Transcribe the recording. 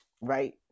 right